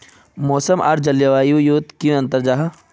मौसम आर जलवायु युत की अंतर जाहा?